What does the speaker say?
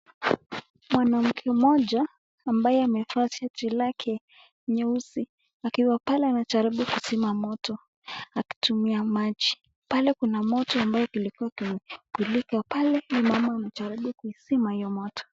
Mwanamke mmoja ambaye amevaa shati yake nyeusi, akiwa pale anajaribu kuzima moto akitumia maji. Pale kuna moto ambao ulikuwa ukimmulika pale, huyu mama anajaribu kuzima moto.